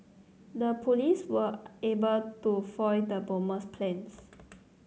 the police were able to foil the bomber's plans